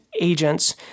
agents